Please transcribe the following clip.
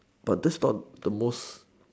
but that's not the most